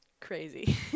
crazy